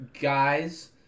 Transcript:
guys